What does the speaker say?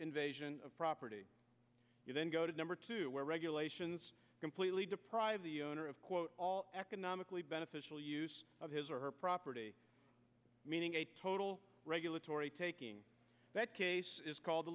invasion of property then go to number two where regulations completely deprive the owner of quote all economically beneficial use of his or her property meaning a total regulatory taking that case is called